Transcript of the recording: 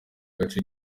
gace